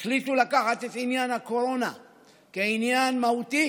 החליטו לקחת את עניין הקורונה כעניין מהותי